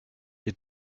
ihr